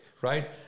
right